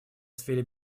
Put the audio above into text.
сфере